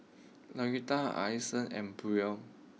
Litha Alison and Brion